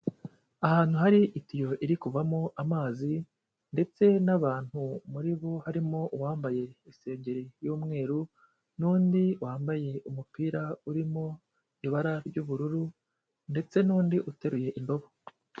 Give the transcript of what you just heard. Ahantu hari itiyo iri kuvamo amazi ndetse n'abantu muri bo harimo uwambaye isengeri y'umweru n'undi wambaye umupira urimo ibara ry'ubururu ndetse n'undi uteruye indobo.